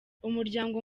umuryango